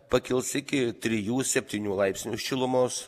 pakils iki trijų septynių laipsnių šilumos